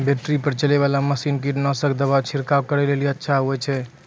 Battery पर चलै वाला मसीन कीटनासक दवा छिड़काव करै लेली अच्छा होय छै?